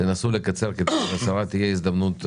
תודה רבה לשרה ולמנכ"לית על הצגת התכניות.